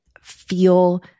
feel